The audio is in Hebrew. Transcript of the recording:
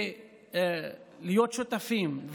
ולהיות שותפים,